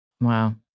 Wow